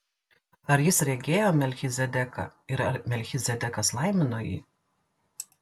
ar jis regėjo melchizedeką ir ar melchizedekas laimino jį